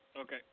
Okay